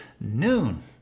noon